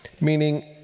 Meaning